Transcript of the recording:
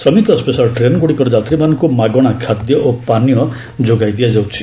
ଶ୍ରମିକ ସ୍ୱେଶାଲ୍ ଟ୍ରେନ୍ଗୁଡ଼ିକର ଯାତ୍ରୀମାନଙ୍କୁ ମାଗଣା ଖାଦ୍ୟ ଓ ପାନୀୟ ଯୋଗାଇ ଦିଆଯାଉଛି